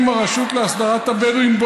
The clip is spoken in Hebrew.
עם הרשות להסדרת התיישבות הבדואים,